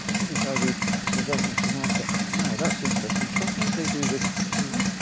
this is how we present them for market. now, that's interesting. sometimes they do this too.